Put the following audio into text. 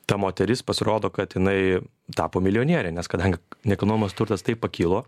ta moteris pasirodo kad jinai tapo milijoniere nes kadangi nekilnojamas turtas taip pakilo